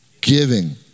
giving